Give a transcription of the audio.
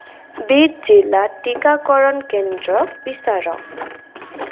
বিদ জিলাত টিকাকৰণ কেন্দ্ৰ বিচাৰক